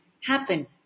happen